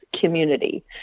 community